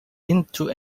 into